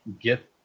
get